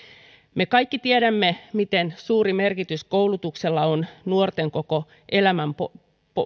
me kaikki tiedämme miten suuri merkitys koulutuksella on nuorten koko elämänpolun